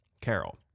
Carol